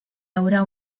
haurà